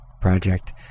project